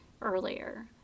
earlier